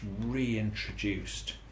reintroduced